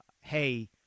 hey